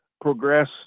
progress